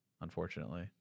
unfortunately